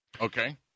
Okay